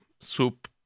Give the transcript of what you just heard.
soup